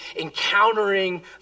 encountering